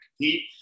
compete